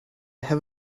have